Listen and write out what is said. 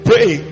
Pray